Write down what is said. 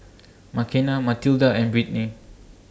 Makena Mathilda and Britni